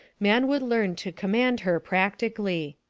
man would learn to command her practically.